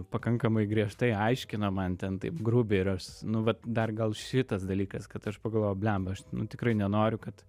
pakankamai griežtai aiškino man ten taip grubiai ir aš nu vat dar gal šitas dalykas kad aš pagalvojau blemba aš nu tikrai nenoriu kad